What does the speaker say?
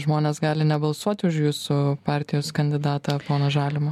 žmonės gali nebalsuoti už jūsų partijos kandidatą poną žalimą